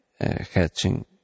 hatching